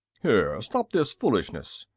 here stop this foolishness!